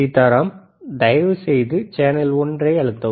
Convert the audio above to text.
சீதாராம் தயவுசெய்து சேனல் ஒன்றை அழுத்தவும்